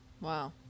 Wow